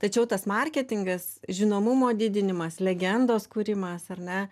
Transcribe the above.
tačiau tas marketingas žinomumo didinimas legendos kūrimas ar ne